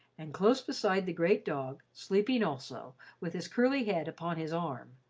and close beside the great dog, sleeping also, with his curly head upon his arm,